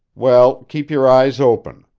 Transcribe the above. well, keep your eyes open.